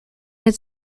its